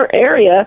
area